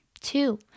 Two